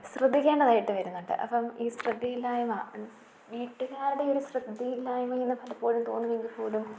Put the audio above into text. ശ്രദ്ധിക്കേണ്ടതായിട്ട് വരുന്നുണ്ട് അപ്പം ഈ ശ്രദ്ധയില്ലായ്മ വീട്ടുകാരുടെ ഈ ഒരു ശ്രദ്ധയില്ലായ്മയെന്ന് പലപ്പോഴും തോന്നുമെങ്കിൽപ്പോലും